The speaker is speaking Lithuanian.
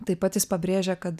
taip pat jis pabrėžia kad